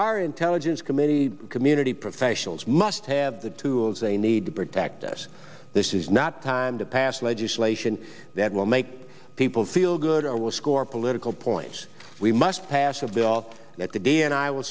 our intelligence committee community professionals must have the tools they need to protect us this is not time to pass legislation that will make people feel good or will score political points we must pass of the all that the d n i will